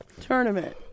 tournament